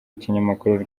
ikinyamakuru